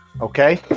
Okay